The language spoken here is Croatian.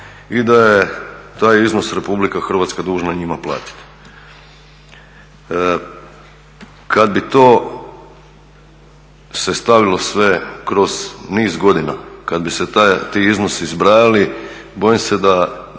i da je taj iznos RH dužna njima platiti. Kad bi to se stavilo sve kroz niz godina, kad bi se ti iznosi zbrajali bojim se da